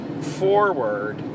forward